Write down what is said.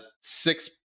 six